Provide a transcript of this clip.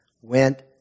went